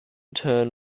turn